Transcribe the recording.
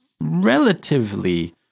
relatively